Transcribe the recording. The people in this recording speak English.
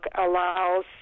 allows